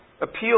Appeal